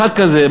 אחד כזה,